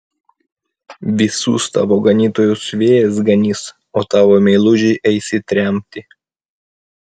visus tavo ganytojus vėjas ganys o tavo meilužiai eis į tremtį